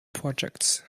projects